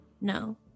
No